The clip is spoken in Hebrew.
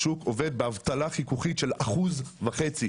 השוק עובד באבטלה של אחוז וחצי.